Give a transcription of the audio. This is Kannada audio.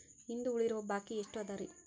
ಇಂದು ಉಳಿದಿರುವ ಬಾಕಿ ಎಷ್ಟು ಅದರಿ?